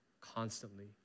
constantly